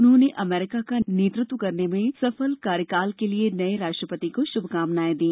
उन्होंने अमरीका का नेतृत्व करने में सफल कार्यकाल के लिए नये राष्ट्रपति को शुभकामनाएं दी